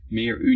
meer